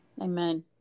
amen